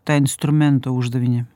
tą instrumento uždavinį